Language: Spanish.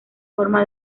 forma